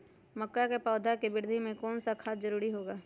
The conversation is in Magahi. मक्का के पौधा के वृद्धि में कौन सा खाद जरूरी होगा?